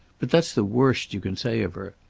but that's the worst you can say of her.